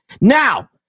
Now